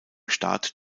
staat